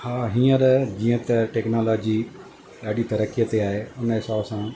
हा हींअर जीअं त टेक्नोलॉजी ॾाढी तरक़ीअ ते आहे हुन हिसाब सां